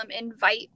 invite